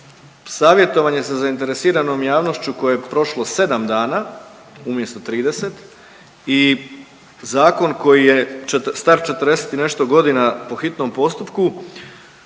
savjetovanje sa zainteresiranom javnošću koje je prošlo 7 dana umjesto 30 i zakon koji je star 40 i nešto godina po hitnom postupku